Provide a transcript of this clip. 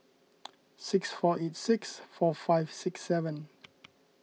six four eight six four five six seven